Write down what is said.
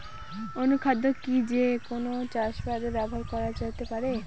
অনুখাদ্য কি যে কোন চাষাবাদে ব্যবহার করা যেতে পারে?